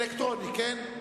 אלקטרוני, כן?